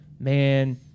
man